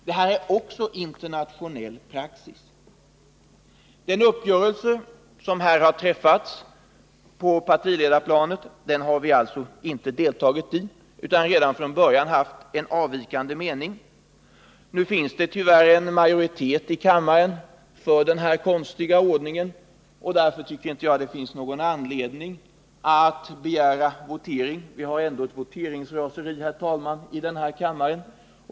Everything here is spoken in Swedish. Det är dessutom internationell praxis. Den uppgörelse som har träffats på partiledarplanet har moderata samlingspartiet inte deltagit i, utan vi har redan från början haft en avvikande mening. Nu finns det tyvärr en majoritet i riksdagen för den här konstiga ordningen, och jag har inte för avsikt att begära votering — vi har ändå ett voteringsraseri i kammaren.